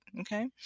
okay